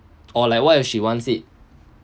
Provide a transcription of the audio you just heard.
or like what if she wants it